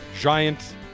giant